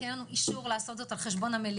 כי אין לנו אישור לעשות זאת על חשבון המליאה,